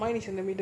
(uh huh)